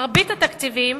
מרבית התקציבים